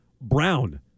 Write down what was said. Brown